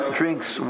drinks